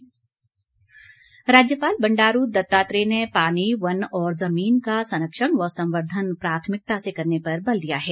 राज्यपाल राज्यपाल बंडारू दत्तात्रेय ने पानी वन और ज़मीन का संरक्षण व संवर्धन प्राथमिकता से करने पर बल दिया है